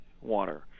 water